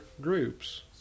groups